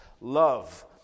love